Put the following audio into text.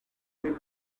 with